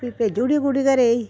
भी भेजी ओड़ी कुड़ी घरै ई